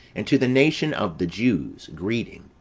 and to the nation of the jews, greeting.